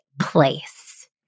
place